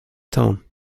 tone